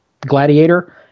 Gladiator